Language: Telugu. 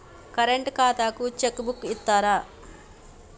కరెంట్ ఖాతాకు చెక్ బుక్కు ఇత్తరా?